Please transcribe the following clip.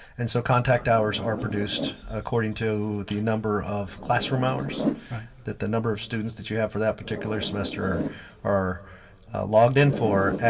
and so contact hours are produced according to the number of classroom hours that the number of students that you have for that particular semester are logged in for,